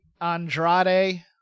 Andrade